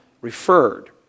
referred